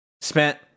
spent